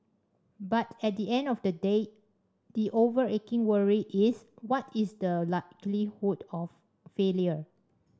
but at the end of the day the overarching worry is what is the likelihood of failure